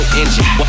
engine